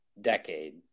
decade